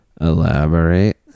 elaborate